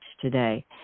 today